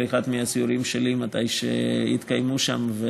את מוזמנת לפנות אליי ולהצטרף לאחד מהסיורים שלי מתי שיתקיימו שם,